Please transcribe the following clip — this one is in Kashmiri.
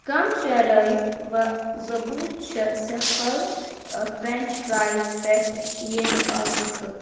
کَم شرایِط و ضبوط چھِ سفل فرٛٮ۪نٛچ فرایز پٮ۪ٹھ ییٚمہِ آفرٕ خٲطرٕ